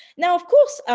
now, of course,